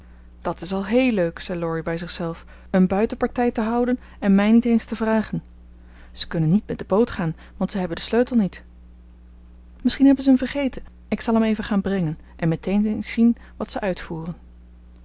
dat is al héél leuk zei laurie bij zichzelf een buitenpartij te houden en mij niet eens te vragen ze kunnen niet met de boot gaan want ze hebben den sleutel niet misschien hebben ze hem vergeten ik zal hem even gaan brengen en meteen eens zien wat ze uitvoeren